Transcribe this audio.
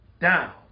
down